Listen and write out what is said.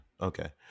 okay